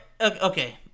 Okay